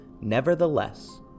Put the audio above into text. Nevertheless